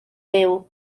fyw